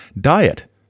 Diet